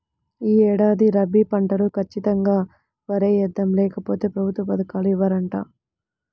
యీ ఏడాది రబీ పంటలో ఖచ్చితంగా వరే యేద్దాం, లేకపోతె ప్రభుత్వ పథకాలు ఇవ్వరంట